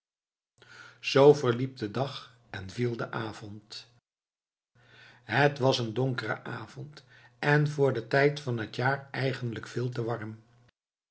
zoo verliep de dag en viel de avond het was een donkere avond en voor den tijd van het jaar eigenlijk veel te warm